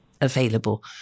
available